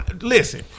listen